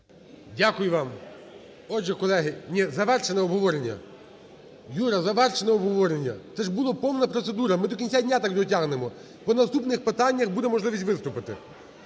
Юра, завершено обговорення. Це ж була повна процедура. Ми до кінця дня так дотягнемо. По наступних питаннях буде можливість виступити.